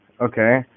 okay